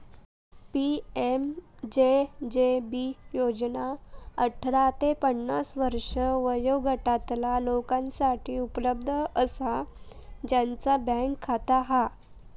PMJJB योजना अठरा ते पन्नास वर्षे वयोगटातला लोकांसाठी उपलब्ध असा ज्यांचा बँक खाता हा